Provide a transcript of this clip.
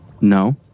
No